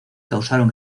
causaron